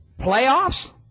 Playoffs